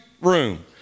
room